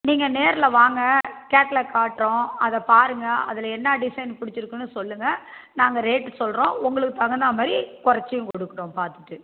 நீங்கள் நேரில் வாங்க கேட்லாக் காட்டுறோம் அதை பாருங்க அதில் என்ன டிசைன் பிடிச்சிருக்குன்னு சொல்லுங்க நாங்கள் ரேட்டு சொல்கிறோம் உங்களுக்கு தகுந்த மாதிரி குறைச்சியும் கொடுக்கறோம் பார்த்துட்டு